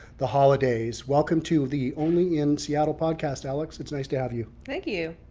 the holidays. welcome to the only in seattle podcast alex, it's nice to have you. thank you.